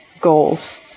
goals